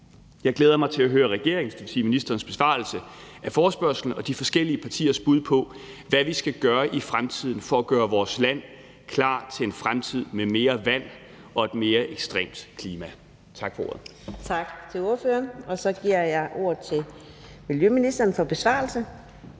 Jeg glæder mig til at høre ministerens besvarelse af forespørgslen og de forskellige partiers bud på, hvad vi skal gøre i fremtiden for at gøre vores land klar til en fremtid med mere vand og et mere ekstremt klima. Tak for ordet. Kl. 09:03 Fjerde næstformand (Karina Adsbøl): Tak til ordføreren. Og så giver jeg ordet til miljøministeren for en besvarelse.